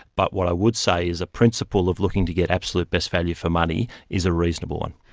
but what i would say is a principle of looking to get absolute best value for money is a reasonable one.